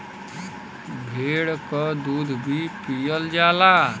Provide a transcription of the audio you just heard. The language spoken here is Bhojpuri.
भेड़ क दूध भी पियल जाला